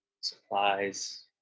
supplies